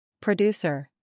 Producer